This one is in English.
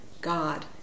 God